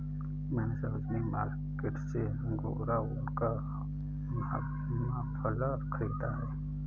मैने सरोजिनी मार्केट से अंगोरा ऊन का मफलर खरीदा है